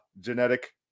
genetic